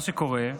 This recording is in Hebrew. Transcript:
מה שקורה הוא